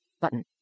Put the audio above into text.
button